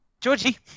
Georgie